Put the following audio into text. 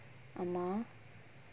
ஆமா:aamaa